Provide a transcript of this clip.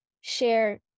share